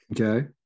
Okay